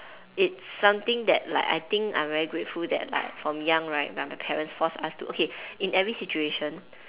it's something that like I think I'm very grateful that like from young right that my parents force us to okay in every situation